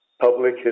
public